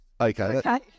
Okay